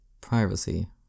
privacy